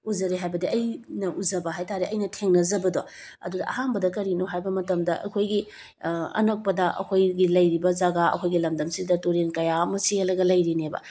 ꯎꯖꯔꯦ ꯍꯥꯏꯕꯗꯤ ꯑꯩꯅ ꯎꯖꯕ ꯍꯥꯏꯇꯥꯔꯦ ꯑꯩꯅ ꯊꯦꯡꯅꯖꯕꯗꯣ ꯑꯗꯨꯗ ꯑꯍꯥꯟꯕꯗ ꯀꯔꯤꯅꯣ ꯍꯥꯏꯕ ꯃꯇꯝꯗ ꯑꯩꯈꯣꯏꯒꯤ ꯑꯅꯛꯄꯗ ꯑꯩꯈꯣꯏꯒꯤ ꯂꯩꯔꯤꯕ ꯖꯒꯥ ꯑꯩꯈꯣꯏꯒꯤ ꯂꯝꯗꯝꯁꯤꯗ ꯇꯨꯔꯦꯜ ꯀꯌꯥ ꯑꯃ ꯆꯦꯜꯂꯒ ꯂꯩꯔꯤꯅꯦꯕ